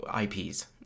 IPs